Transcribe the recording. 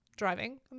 Driving